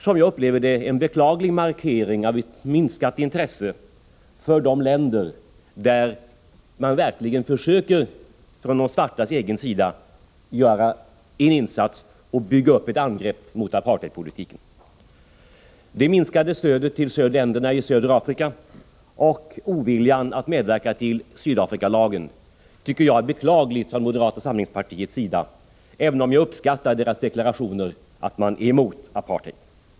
Som jag upplever detta är det en beklaglig markering av ett minskat intresse för de länder där man från de svartas sida verkligen försöker göra en insats och bygga upp ett angrepp mot apartheidpolitiken. Det minskade stödet till länderna i södra Afrika och oviljan att medverka till Sydafrikalagen från moderata samlingspartiets sida tycker jag är beklagligt, även om jag uppskattar deklarationerna emot apartheid. Herr talman!